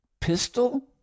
pistol